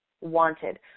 wanted